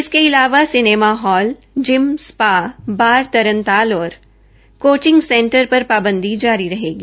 इसके अलावा cinema hall gym spa bar तरनताल और कोचिंग सेंटर पर पाबंदी जारी रहेगी